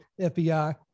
FBI